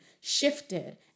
shifted